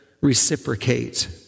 reciprocate